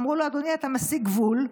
אמרו לו: אדוני, אתה משיג גבול.